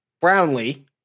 Brownlee